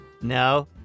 No